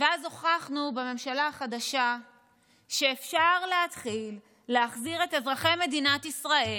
ואז הוכחנו בממשלה החדשה שאפשר להתחיל להחזיר את אזרחי מדינת ישראל